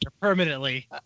Permanently